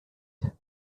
pit